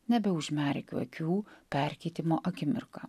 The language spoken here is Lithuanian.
nebeužmerkiu akių perkeitimo akimirka